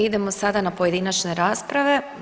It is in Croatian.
Idemo sada na pojedinačne rasprave.